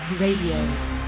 radio